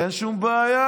אין שום בעיה.